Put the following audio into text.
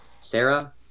Sarah